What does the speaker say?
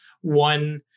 one